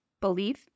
belief